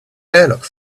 airlock